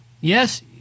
Yes